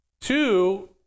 two